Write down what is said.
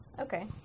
Okay